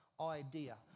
idea